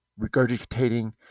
Regurgitating